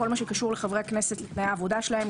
כול מה שקשור לחברי הכנסת ולעבודה שלהם,